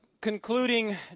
concluding